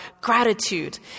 gratitude